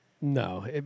No